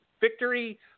victory